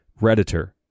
Redditor